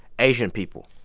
asian people.